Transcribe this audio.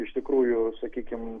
iš tikrųjų sakykim